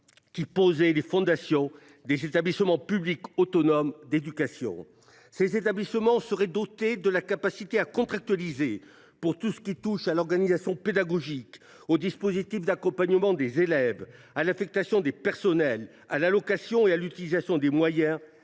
qui posait les fondations des établissements publics autonomes d’éducation. Ces établissements seraient dotés de la capacité à contractualiser pour tout ce qui touche à l’organisation pédagogique, au dispositif d’accompagnement des élèves, à l’affectation des personnels, à l’allocation et à l’utilisation des moyens,